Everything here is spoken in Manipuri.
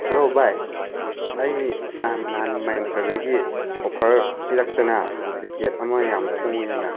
ꯍꯜꯂꯣ ꯕꯥꯏ ꯑꯩ ꯅꯍꯥꯟ ꯅꯍꯥꯟ ꯃꯤꯟꯇ꯭ꯔꯗꯒꯤ ꯑꯣꯐꯔ ꯄꯤꯔꯛꯇꯅ ꯖꯦꯀꯦꯠ ꯑꯃ ꯌꯥꯝ ꯍꯣꯡꯉꯦꯅ